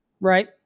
Right